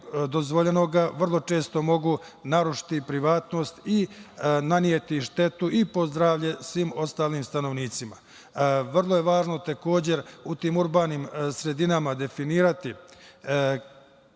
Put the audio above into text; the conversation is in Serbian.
dozvoljenoga, vrlo često može narušiti privatnost i naneti štetu i po zdravlje svim ostalim stanovnicima. Vrlo je važno takođe u tim urbanim sredinama definisati